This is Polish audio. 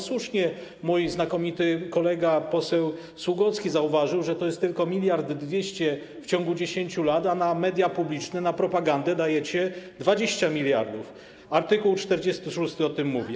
Słusznie mój znakomity kolega poseł Sługocki zauważył, że to jest tylko 1200 mln w ciągu 10 lat, a na media publiczne, na propagandę dajecie 20 mld. Art. 46 o tym mówi.